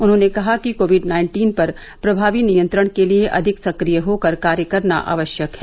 उन्होंने कहा कि कोविड नाइन्टीन पर प्रभावी नियंत्रण के लिए अधिक सक्रिय होकर कार्य करना आवश्यक है